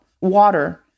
water